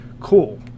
cool